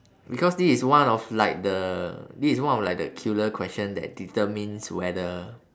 because this is one of like the this is one of like the killer question that determines whether